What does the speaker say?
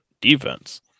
defense